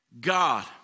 God